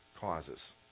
causes